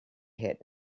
hit